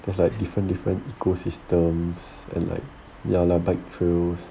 there's like different different ecosystems and like ya lah bike trails